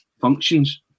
functions